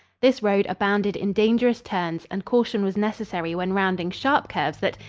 this road abounded in dangerous turns and caution was necessary when rounding sharp curves that,